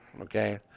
okay